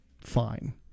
fine